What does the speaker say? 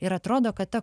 ir atrodo kad ta